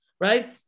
right